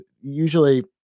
usually